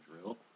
drill